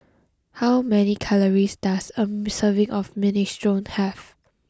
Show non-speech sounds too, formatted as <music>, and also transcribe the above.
how many calories does a <hesitation> serving of Minestrone have